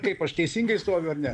kaip aš teisingai stoviu ar ne